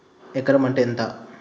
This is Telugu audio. ఎకరం అంటే ఎంత?